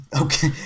Okay